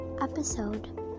episode